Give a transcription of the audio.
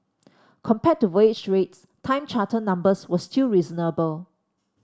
compared to voyage rates time charter numbers were still reasonable